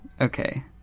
Okay